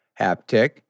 Haptic